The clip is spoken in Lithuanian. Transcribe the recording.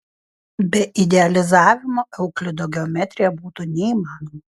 be idealizavimo euklido geometrija būtų neįmanoma